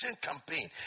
campaign